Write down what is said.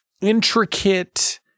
intricate